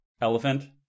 elephant